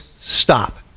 stop